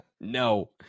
no